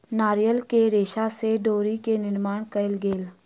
नारियल के रेशा से डोरी के निर्माण कयल गेल